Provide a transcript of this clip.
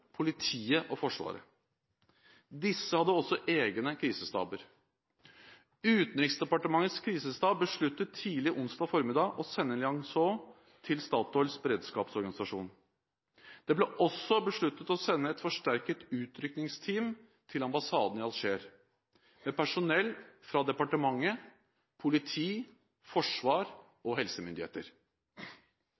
politiet og Forsvaret. Disse hadde også egne krisestaber. Utenriksdepartementets krisestab besluttet tidlig onsdag formiddag å sende en liaison til Statoils beredskapsorganisasjon. Det ble også besluttet å sende et forsterket utrykningsteam til ambassaden i Alger med personell fra departementet, politi, forsvar